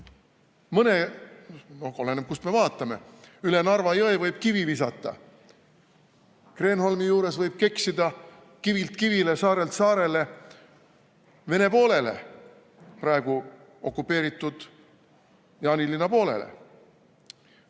oleneb, kust me vaatame – üle Narva jõe võib kivi visata. Kreenholmi juures võib keksida kivilt kivile, saarelt saarele Vene poolele, praegu okupeeritud Jaanilinna poolele.